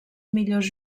millors